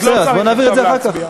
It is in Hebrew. אז בואו נעביר את זה אחר כך.